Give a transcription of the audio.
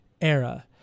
era